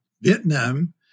Vietnam